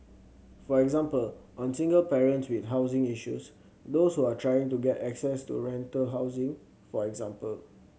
for example on single parents with housing issues those who are trying to get access to rental housing for example